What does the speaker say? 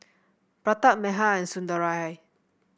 Pratap Medha and Sundaraiah